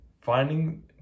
finding